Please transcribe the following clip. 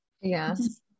Yes